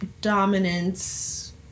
dominance